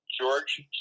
George